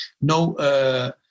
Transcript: no